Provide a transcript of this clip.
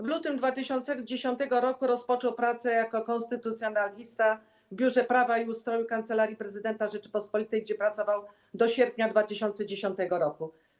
W lutym 2010 r. rozpoczął pracę jako konstytucjonalista w Biurze Prawa i Ustroju Kancelarii Prezydenta Rzeczypospolitej Polskiej, gdzie pracował do sierpnia 2010 r.